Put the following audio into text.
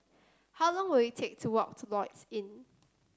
how long will it take to walk to Lloyds Inn